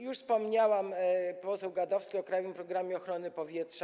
Już wspomniałam - poseł Gadowski - o „Krajowym programie ochrony powietrza”